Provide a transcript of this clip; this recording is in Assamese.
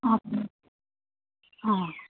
অঁ অঁ